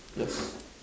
yours